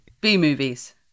B-movies